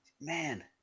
man